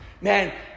Man